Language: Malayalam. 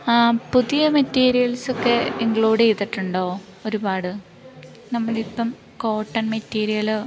പുതിയ മെറ്റീരിയൽസ് ഒക്കെ ഇൻക്ലൂഡ് ചെയ്തിട്ടുണ്ടോ ഒരുപാട് നമ്മൾ ഇപ്പം കോട്ടൺ മെറ്റീരിയൽ